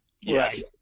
Yes